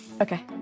Okay